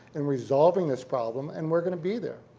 in resolving this problem, and we're gonna be there.